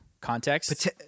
Context